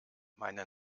meine